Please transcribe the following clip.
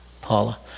Paula